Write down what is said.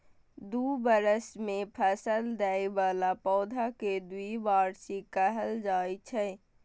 दू बरस मे फल दै बला पौधा कें द्विवार्षिक कहल जाइ छै